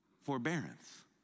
forbearance